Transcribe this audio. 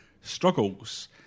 struggles